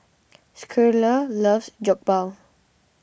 Schuyler loves Jokbal